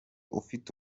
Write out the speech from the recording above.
ufite